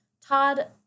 Todd